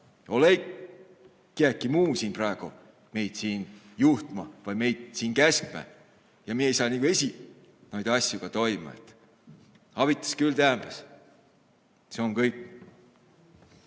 eiq kiäki muu siin praego meid siin juhtma vai meid siin käskmä. Ja me ei saa nigu esi noid asju ka toimõ. Avitas küll täämbäs. Sjoo om kõik.